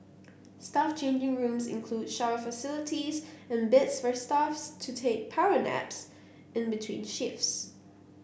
staff changing rooms include shower facilities and beds for staffs to take power naps in between shifts